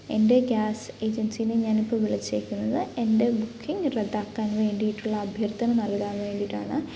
എൻ്റെ ഗ്യാസ് ഏജൻസീനെ ഞാനിപ്പോൾ വിളിച്ചേക്കുന്നത് എൻ്റെ ബുക്കിംഗ് റദ്ദാക്കാൻ വേണ്ടിയിട്ടുള്ള അഭ്യർത്ഥന നൽകാൻ വേണ്ടിയിട്ടാണ്